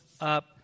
up